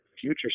future